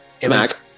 Smack